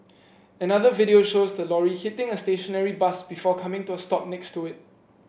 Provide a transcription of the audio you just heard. another video shows the lorry hitting a stationary bus before coming to a stop next to it